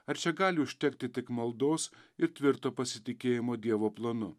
ar čia gali užtekti tik maldos ir tvirto pasitikėjimo dievo planu